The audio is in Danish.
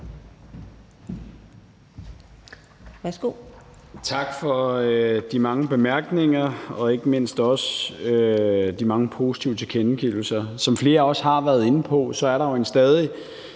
Tak for de mange bemærkninger og ikke mindst også de mange positive tilkendegivelser. Som flere også har været inde på,